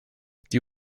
die